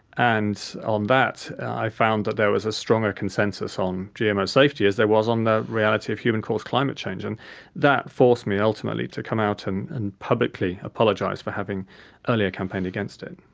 and on that i found that there was as strong a consensus on gmo safety as there was on the reality of human-caused climate change. and that forced me ultimately to come out and and publicly apologise for having earlier campaigned against it.